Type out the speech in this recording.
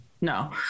no